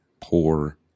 poor